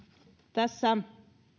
tässä